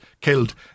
killed